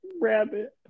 Rabbit